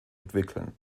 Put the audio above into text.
entwickeln